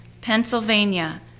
Pennsylvania